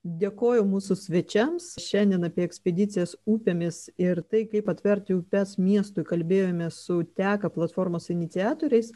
dėkoju mūsų svečiams šiandien apie ekspedicijas upėmis ir tai kaip atverti upes miestui kalbėjome su teka platformos iniciatoriais